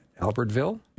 Albertville